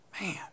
Man